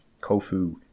Kofu